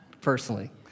personally